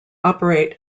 operate